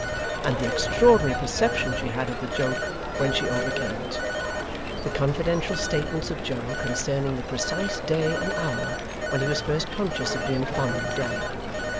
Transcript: and the extraordinary perception she had of the joke when she overcame it the confidential statements of joe concerning the precise day and hour when he was first conscious of being fond of dolly,